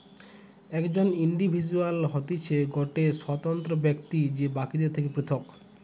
একজন ইন্ডিভিজুয়াল হতিছে গটে স্বতন্ত্র ব্যক্তি যে বাকিদের থেকে পৃথক